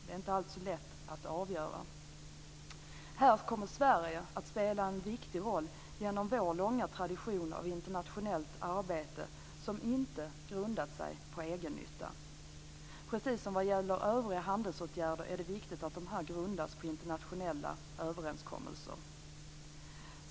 Det är inte alltid så lätt att avgöra. Här kommer Sverige att spela en viktig roll genom vår långa tradition av internationellt arbete som inte grundat sig på egennytta. Precis som vad gäller övriga handelsåtgärder är det viktigt att dessa grundas på internationella överenskommelser.